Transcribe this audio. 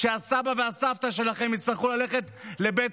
כשהסבא והסבתא שלכם יצטרכו ללכת לבית